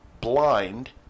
blind